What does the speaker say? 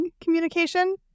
communication